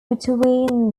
between